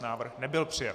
Návrh nebyl přijat.